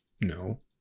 no